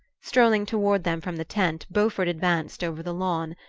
strolling toward them from the tent beaufort advanced over the lawn,